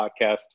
podcast